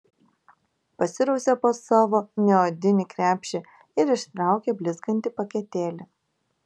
pasirausė po savo neodinį krepšį ir ištraukė blizgantį paketėlį